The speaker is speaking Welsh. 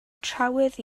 trywydd